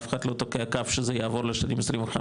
אף אחד לא תוקע קו שזה יעבור לשנים 25,